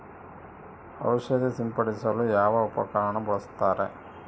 ಔಷಧಿ ಸಿಂಪಡಿಸಲು ಯಾವ ಉಪಕರಣ ಬಳಸುತ್ತಾರೆ?